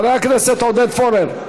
חבר הכנסת עודד פורר.